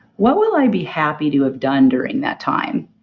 what will i be happy to have done during that time?